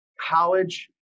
college